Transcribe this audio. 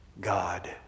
God